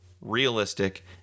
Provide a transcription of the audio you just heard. realistic